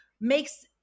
makes